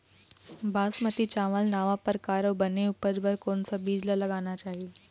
बासमती चावल नावा परकार अऊ बने उपज बर कोन सा बीज ला लगाना चाही?